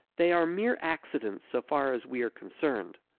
they are mere accidents so far as we are concerned.